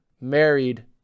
married